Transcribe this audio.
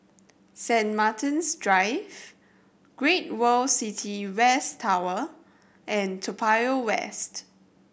St Martin's Drive Great World City West Tower and Toa Payoh West